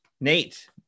Nate